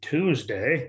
Tuesday